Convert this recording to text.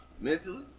mentally